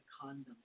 condom